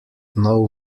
nov